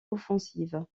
offensive